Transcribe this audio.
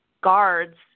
guards